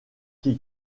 qui